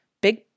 big